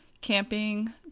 camping